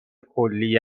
کلی